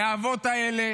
מהאבות האלה,